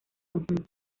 conjunto